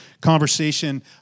conversation